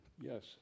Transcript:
Yes